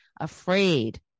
afraid